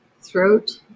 throat